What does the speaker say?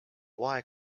wye